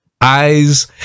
eyes